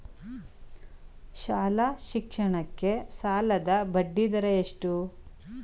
ಶಾಲಾ ಶಿಕ್ಷಣಕ್ಕೆ ಸಾಲದ ಬಡ್ಡಿದರ ಎಷ್ಟು?